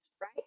right